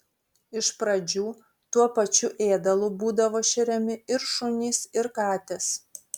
iš pradžių tuo pačiu ėdalu būdavo šeriami ir šunys ir katės